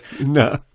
no